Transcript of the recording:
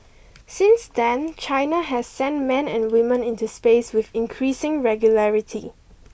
since then China has sent men and women into space with increasing regularity